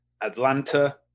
Atlanta